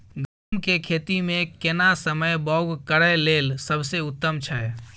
गहूम के खेती मे केना समय बौग करय लेल सबसे उत्तम छै?